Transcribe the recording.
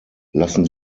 lassen